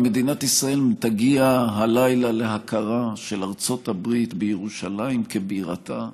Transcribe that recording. אם מדינת ישראל תגיע הלילה להכרה של ארצות הברית בירושלים כבירתה,